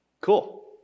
Cool